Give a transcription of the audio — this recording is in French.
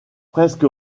presque